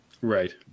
right